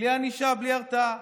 בלי ענישה, בלי הרתעה.